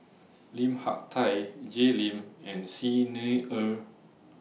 Lim Hak Tai Jay Lim and Xi Ni Er